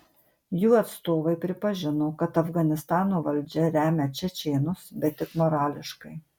jų atstovai pripažino kad afganistano valdžia remia čečėnus bet tik morališkai